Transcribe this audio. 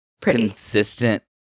consistent